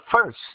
first